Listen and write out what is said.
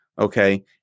okay